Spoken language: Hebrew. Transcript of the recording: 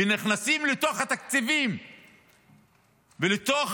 ונכנסים לתוך התקציבים ולתוך